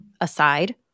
aside